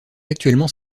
actuellement